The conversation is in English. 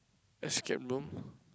Escape Room